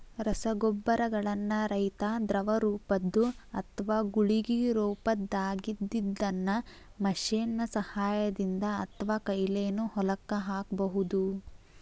ರಸಗೊಬ್ಬರಗಳನ್ನ ರೈತಾ ದ್ರವರೂಪದ್ದು ಅತ್ವಾ ಗುಳಿಗಿ ರೊಪದಾಗಿದ್ದಿದ್ದನ್ನ ಮಷೇನ್ ನ ಸಹಾಯದಿಂದ ಅತ್ವಾಕೈಲೇನು ಹೊಲಕ್ಕ ಹಾಕ್ಬಹುದು